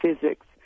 physics